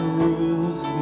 rules